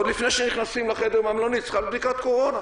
עוד לפני שהם נכנסים לחדר במלונית צריכה להיות בדיקת קורונה.